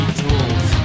tools